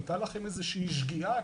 הייתה לכם איזו שהיא שגיאה,